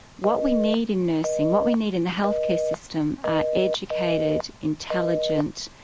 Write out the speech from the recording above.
what we need in nursing, what we need in the health care system are educated, intelligent,